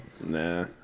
Nah